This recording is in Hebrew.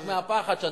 רק מהפחד.